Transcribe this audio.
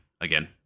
again